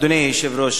אדוני היושב-ראש,